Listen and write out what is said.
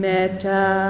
Meta